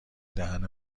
دهن